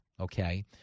Okay